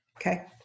okay